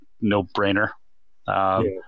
no-brainer